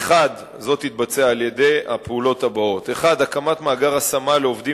אשר יתבצע על-ידי הפעולות הבאות: 1. הקמת מאגר השמה לעובדים